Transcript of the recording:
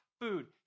food